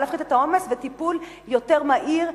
באה להפחית את העומס בטיפול יותר מהיר,